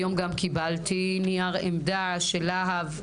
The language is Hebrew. היום גם קיבלתי נייר עמדה של לה"ב,